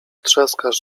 trzaskasz